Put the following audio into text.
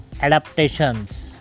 adaptations